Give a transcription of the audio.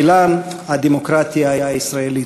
אילן הדמוקרטיה הישראלית.